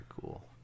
cool